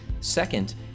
Second